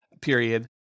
period